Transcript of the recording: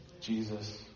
Jesus